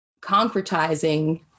concretizing